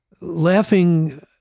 laughing